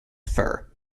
fur